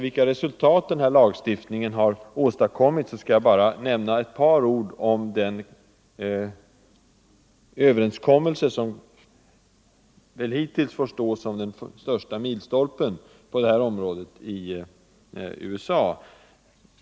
Vilka resultat har då den här lagstiftningen åstadkommit? Jag skall bara säga ett par ord om den överenskommelse som är den hittills viktigaste milstolpen på det här området i USA.